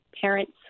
parents